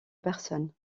personnes